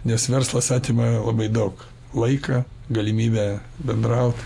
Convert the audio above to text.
nes verslas atima labai daug laiką galimybę bendraut